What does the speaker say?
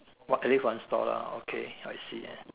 what at least got one stall lor okay I see